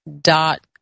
dot